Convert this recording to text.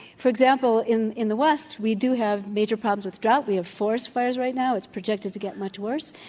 for example, in in the west we do have major problems with drought. we have forest fires right now. it's projected to get much worse.